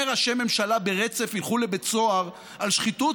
ראשי ממשלה ברצף ילכו לבית סוהר על שחיתות,